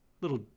little